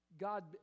God